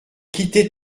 quitter